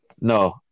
No